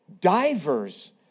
Divers